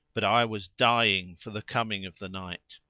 but i was dying for the coming of the night.